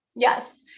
Yes